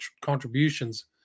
contributions